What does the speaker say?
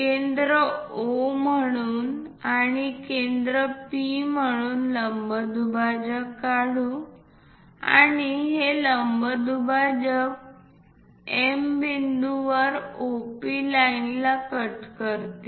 केंद्र O म्हणून आणि केंद्र P म्हणून लंबदुभाजक काढू आणि हे लंब दुभाजक M बिंदूवर OP लाईनला कट करते